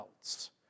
else